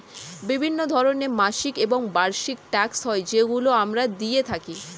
বিভিন্ন ধরনের মাসিক এবং বার্ষিক ট্যাক্স হয় যেগুলো আমরা দিয়ে থাকি